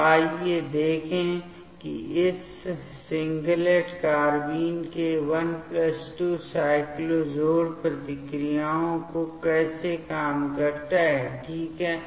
तो आइए देखें कि यह इस सिंगलेट कार्बाइन के 12 साइक्लो जोड़ प्रतिक्रियाओं को कैसे काम करता है ठीक है